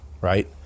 right